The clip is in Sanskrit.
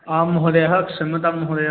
आं महोदयः क्षम्यतां महोदय